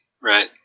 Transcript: right